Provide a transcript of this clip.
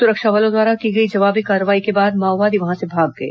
सुरक्षा बलों द्वारा की गई जवाबी कार्रवाई के बाद माओवादी वहां से भाग गए